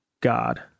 God